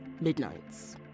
Midnight's